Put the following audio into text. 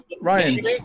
Ryan